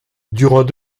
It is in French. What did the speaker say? durant